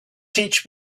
teach